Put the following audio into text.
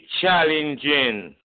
challenging